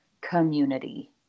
community